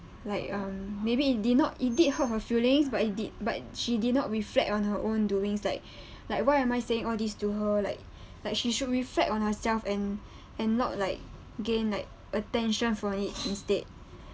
like um maybe it did not it did hurt her feelings but it did but she did not reflect on her own doings like like why am I saying all these to her like like she should reflect on herself and and not like gain like attention from it instead